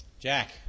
Jack